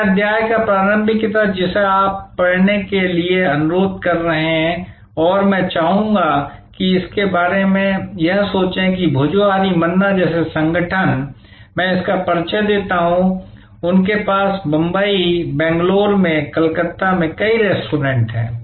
उस अध्याय का प्रारंभिक हिस्सा जिसे आप पढ़ने के लिए अनुरोध कर रहे हैं और मैं चाहूंगा कि इसके बारे में यह सोचें कि भोजोहारी मन्ना जैसा संगठन मैं इसका परिचय देता हूं उनके पास बंबई बंगलौर में कलकत्ता में कई रेस्तरां हैं